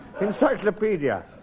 Encyclopedia